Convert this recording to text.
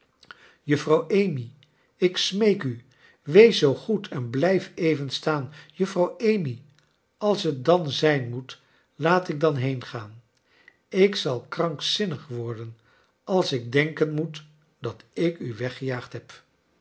juffrouw amy ik smeek u wees zoo goed en blijf even staan juffrouw amy als het dan zijn moet laat ik dan heengaan ik zal krankzinnig worden als ik denken moet dat ik u weggejaagd heb